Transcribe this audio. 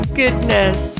goodness